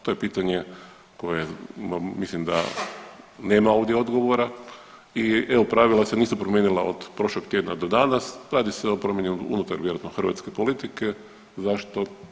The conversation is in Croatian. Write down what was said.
To je pitanje koje mislim da nema ovdje odgovora i EU pravila se nisu promijenila od prošlog tjedna do danas, radi se o promjeni unutar vjerojatno hrvatske politike, zašto?